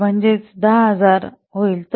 ८ म्हणजे १०००० होईल